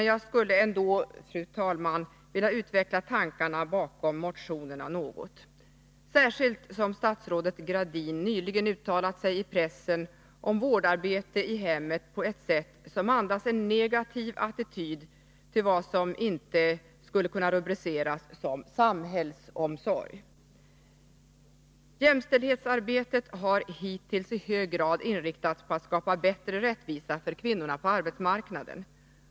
Jag skulle ändå, fru talman, något vilja utveckla tankarna bakom motionerna, särskilt som statsrådet Gradin nyligen uttalat sig i pressen om vårdarbete i hemmet på ett sätt som andas en negativ attityd till vad som inte skulle kunna rubriceras som ”samhällsomsorg”. Jämställdhetsarbetet har hittills i hög grad inriktats på att skapa bättre rättvisa för kvinnorna på arbetsmarknaden.